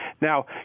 Now